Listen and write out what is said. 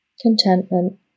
contentment